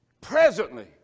presently